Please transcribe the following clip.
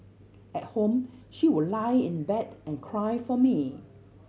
at home she would lie in bed and cry for me